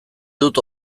dut